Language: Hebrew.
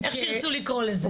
איך שירצו לקרוא לזה.